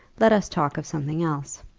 let us talk of something else.